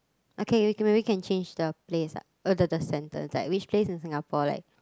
okay maybe we can change the place lah or the the center like which place in Singapore like